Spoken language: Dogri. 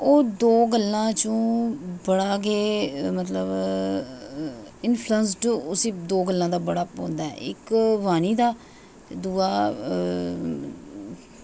ओह् दौ गल्लां च बड़ा गै मतलब इन्फुलेंसड उसी दौ गल्लां दा बड़ा होंदा इक्क वाणी दा ते दूआ